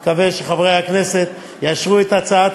אני מקווה שחברי הכנסת יאשרו את הצעת